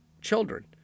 children